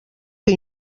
que